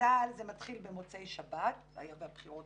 בצה"ל זה מתחיל במוצאי שבת, היה והבחירות